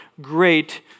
great